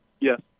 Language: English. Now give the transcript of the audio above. Yes